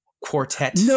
quartet